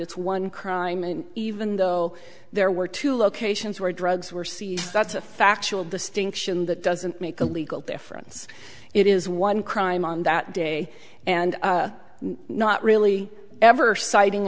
it's one crime and even though there were two locations where drugs were seized that's a factual distinction that doesn't make a legal difference it is one crime on that day and not really ever citing